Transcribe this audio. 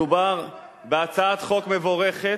מדובר בהצעת חוק מבורכת,